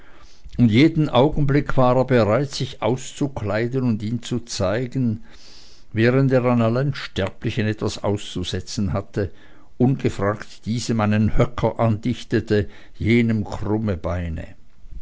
und jeden augenblick war er bereit sich auszukleiden und ihn zu zeigen während er an allen sterblichen etwas auszusetzen hatte ungefragt diesem einen höcker andichtete jenem krumme beine